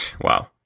Wow